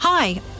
Hi